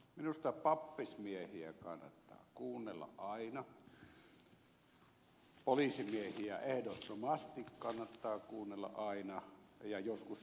minusta pappismiehiä kannattaa kuunnella aina poliisimiehiä ehdottomasti kannattaa kuunnella aina ja joskus juristejakin